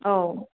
औ